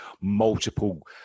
multiple